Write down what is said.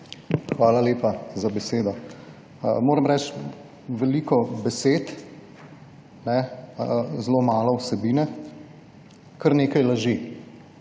Hvala lepa za besedo. Moram reči, veliko besed, zelo malo vsebine, kar nekaj laži.